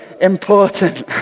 important